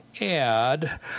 add